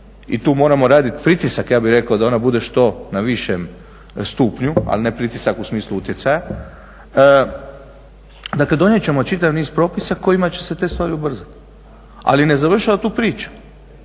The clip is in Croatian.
i tu moramo raditi pritisak ja bih rekao da ona bude što na višem stupnju, ali ne pritisak u smislu utjecaja. Dakle donijet ćemo čitav niz propisa kojima će se te stvari ubrzati. Ali ne završava tu priča,